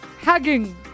hugging